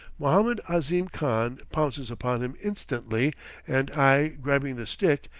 mohammed ahzim khan pounces upon him instantly and i grabbing the stick,